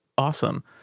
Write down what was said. Awesome